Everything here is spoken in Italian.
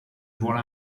vuole